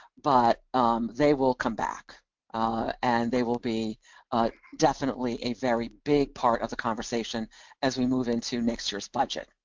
but um they will come back and they will be definitely a very big part of the conversation as we move into next year's budget.